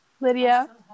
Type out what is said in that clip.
Lydia